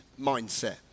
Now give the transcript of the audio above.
mindset